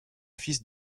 fils